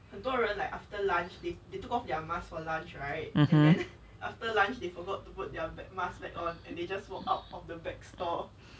(uh huh)